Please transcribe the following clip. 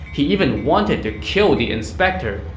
he even wanted to kill the inspector,